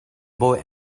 boy